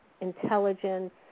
intelligence